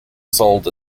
sold